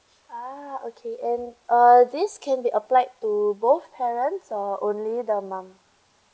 ah okay and uh this can be applied to both parents or only the mum